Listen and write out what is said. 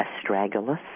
astragalus